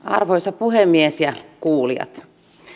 arvoisa puhemies ja kuulijat